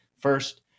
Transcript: First